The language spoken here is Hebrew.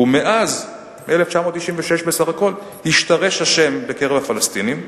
ומאז, מ-1996 בסך הכול, השתרש השם בקרב הפלסטינים,